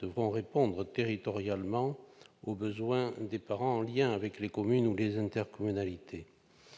devront répondre territorialement aux besoins des parents, en lien avec les communes ou les intercommunalités.